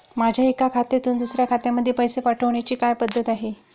माझ्या एका खात्यातून दुसऱ्या खात्यामध्ये पैसे पाठवण्याची काय पद्धत आहे?